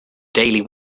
daily